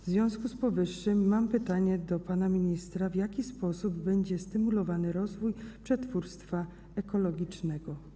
W związku z powyższym mam pytanie do pana ministra: W jaki sposób będzie stymulowany rozwój przetwórstwa ekologicznego?